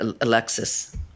Alexis